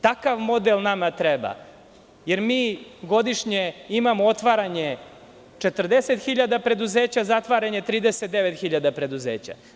Takav model nama treba, jer mi godišnje imamo otvaranje 40.000 preduzeća, a zatvaranje 39.000 preduzeća.